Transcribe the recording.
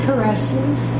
Caresses